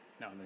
No